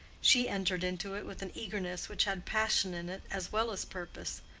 she entered into it with an eagerness which had passion in it as well as purpose,